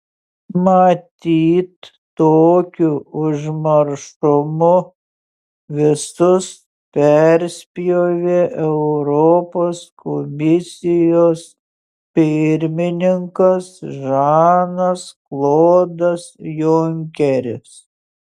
matyt tokiu užmaršumu visus perspjovė europos komisijos pirmininkas žanas klodas junkeris